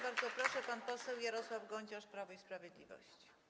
Bardzo proszę, pan poseł Jarosław Gonciarz, Prawo i Sprawiedliwość.